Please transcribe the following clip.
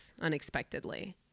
unexpectedly